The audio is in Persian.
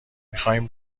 میخایم